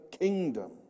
kingdom